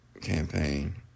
campaign